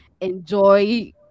enjoy